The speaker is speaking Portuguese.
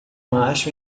macho